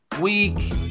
week